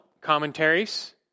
commentaries